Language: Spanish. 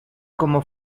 como